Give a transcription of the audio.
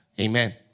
Amen